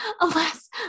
Alas